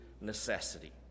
Necessity